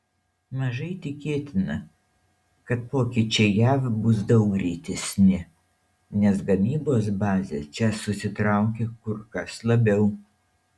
mažai tikėtina kad pokyčiai jav bus daug greitesni nes gamybos bazė čia susitraukė kur kas labiau